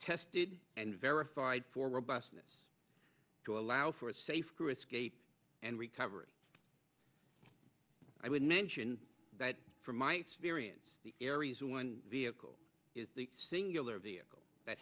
tested and verified for robustness to allow for a safe crew escape and recovery i would mention that from my experience the aries one vehicle is the singular vehicle that